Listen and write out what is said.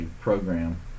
program